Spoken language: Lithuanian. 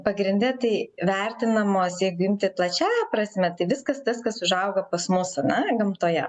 pagrinde tai vertinamos jeigu imti plačiąja prasme tai viskas tas kas užauga pas mus ar ne gamtoje